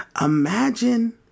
Imagine